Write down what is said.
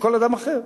או כל אדם אחר.